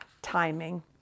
Timing